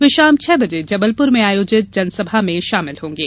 वे शाम छह बजे जबलपुर में आयोजित जनसभा में शामिल होंगे